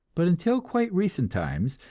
but until quite recent times,